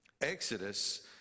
Exodus